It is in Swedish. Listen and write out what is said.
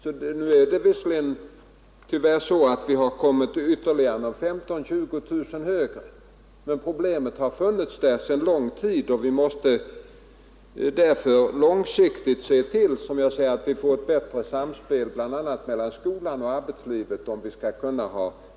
I dag är det visserligen så, att siffran är 15 000—20 000 högre, men problemet har funnits sedan lång tid tillbaka och vi måste därför som sagt långsiktigt se till att det blir ett bättre samspel mellan bl.a. skolan och arbetslivet.